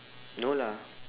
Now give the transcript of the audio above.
no lah